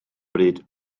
bryd